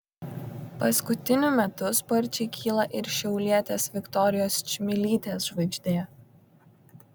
paskutiniu metu sparčiai kyla ir šiaulietės viktorijos čmilytės žvaigždė